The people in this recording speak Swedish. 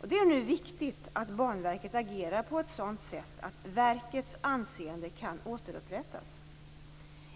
Det är nu viktigt att Banverket agerar på ett sådant sätt att verkets anseende kan återupprättas.